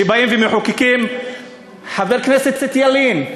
כשבאים ומחוקקים חבר הכנסת ילין,